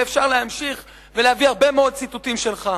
ואפשר להמשיך ולהביא הרבה מאוד ציטוטים שלך.